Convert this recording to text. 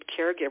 caregivers